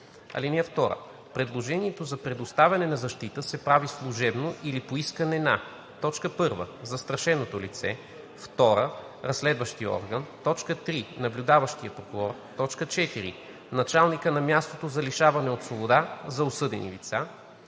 защита. (2) Предложението за предоставяне на защита се прави служебно или по искане на: 1. застрашеното лице; 2. разследващия орган; 3. наблюдаващия прокурор; 4. началника на мястото за лишаване от свобода – за осъдени лица.